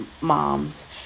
moms